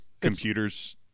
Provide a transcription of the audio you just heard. computers